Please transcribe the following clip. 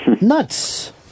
Nuts